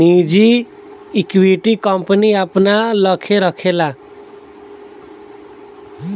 निजी equity, company अपना लग्गे राखेला